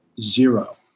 zero